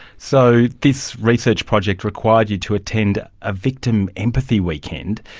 so this research project required you to attend a victim empathy weekend.